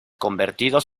convertidos